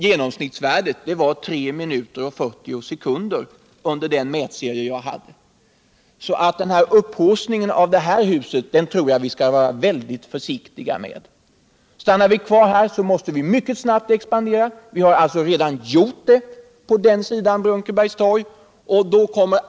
Genomsnittsvärdet var 3 minuter och 40 sekunder under den mätserie jag gjorde. Jag tror alltså att vi skall vara väldigt försiktiga med upphaussningen av det här huset. Stannar vi kvar här måste vi mycket snabbt expandera, och vi har redan gjort det — på andra sidan Brunkebergstorg.